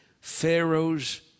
Pharaoh's